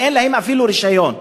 שאין להם אפילו רישיון.